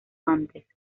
antes